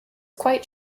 quite